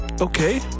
Okay